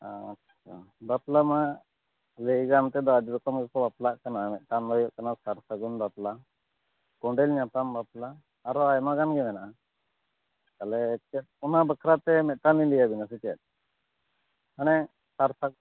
ᱟᱪᱪᱷᱟ ᱵᱟᱯᱞᱟ ᱢᱟ ᱞᱟᱹᱭ ᱜᱟᱱᱛᱮᱫᱚ ᱟᱹᱰᱤ ᱨᱚᱠᱚᱢ ᱜᱮᱠᱚ ᱵᱟᱯᱞᱟᱜ ᱠᱟᱱᱟ ᱢᱤᱫ ᱴᱟᱝ ᱫᱚ ᱦᱳᱭᱳᱜ ᱠᱟᱱᱟ ᱥᱟᱨ ᱥᱟᱹᱜᱩᱱ ᱵᱟᱯᱞᱟ ᱠᱚᱸᱰᱮᱞ ᱧᱟᱯᱟᱢ ᱵᱟᱯᱞᱟ ᱟᱨᱦᱚᱸ ᱟᱭᱢᱟ ᱜᱟᱱ ᱜᱮ ᱢᱮᱱᱟᱜᱼᱟ ᱛᱟᱦᱚᱞᱮ ᱚᱱᱟ ᱵᱟᱠᱷᱟᱨᱟ ᱛᱮ ᱢᱤᱫ ᱴᱟᱝ ᱤᱧ ᱞᱟᱹᱭ ᱟᱵᱤᱱᱟ ᱥᱮ ᱪᱮᱫ ᱢᱟᱱᱮ ᱥᱟᱨ ᱥᱟᱹᱜᱩᱱ